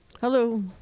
Hello